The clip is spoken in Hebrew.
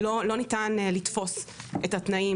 לא ניתן לתפוס את התנאים.